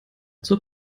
zur